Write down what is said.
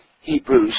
Hebrews